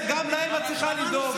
גם להם את צריכה לדאוג.